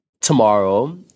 tomorrow